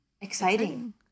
Exciting